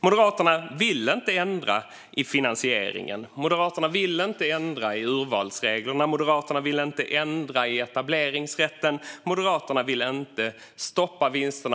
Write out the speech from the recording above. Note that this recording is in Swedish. Moderaterna vill inte ändra i finansieringen. Moderaterna vill inte ändra i urvalsreglerna. Moderaterna vill inte ändra i etableringsrätten. Moderaterna vill inte stoppa vinsterna.